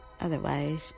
Otherwise